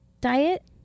diet